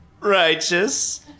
Righteous